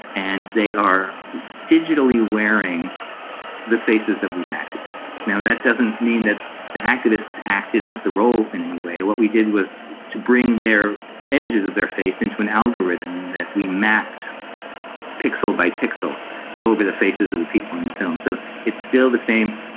and they are digitally wearing the faces of these activists. now, that doesn't mean that the activists acted out the role in any way. what we did was to bring their images of their face into an algorithm that we mapped pixel by pixel over the faces of the people in the film. so it's still the same